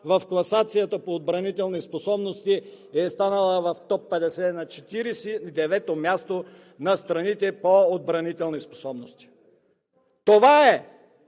в класацията по отбранителни способности и е станала в Топ 50 на 49-то място на страните по отбранителни способности. Това е